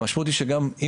אני